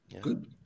Good